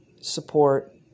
support